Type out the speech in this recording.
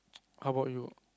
how about you